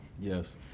yes